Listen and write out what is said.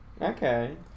Okay